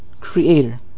Creator